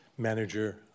manager